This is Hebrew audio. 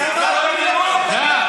כל,